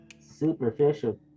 superficial